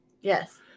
yes